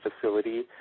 Facility